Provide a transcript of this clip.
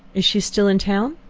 is she still in town?